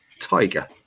Tiger